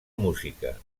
música